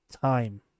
time